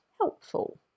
helpful